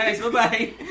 Bye-bye